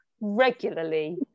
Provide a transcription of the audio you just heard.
regularly